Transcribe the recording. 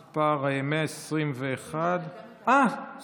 מס' 121. גם לאורי מקלב הייתה שאלה.